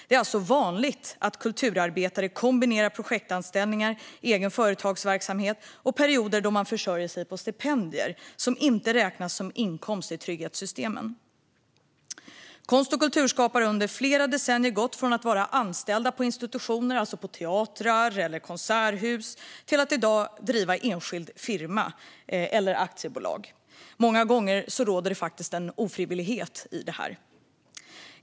Det är alltså vanligt att kulturarbetare kombinerar projektanställningar, verksamhet i eget företag och perioder då de försörjer sig på stipendier, som inte räknas som inkomst i trygghetssystemen. Konst och kulturskapare har under flera decennier gått från att vara anställda på institutioner, alltså teatrar eller konserthus, till att driva enskilda firmor eller aktiebolag. Många gånger råder det faktiskt en ofrivillighet i detta.